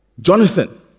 Jonathan